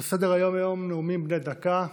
על סדר-היום היום נאומים בני דקה.